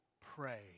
pray